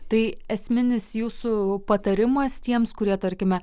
tai esminis jūsų patarimas tiems kurie tarkime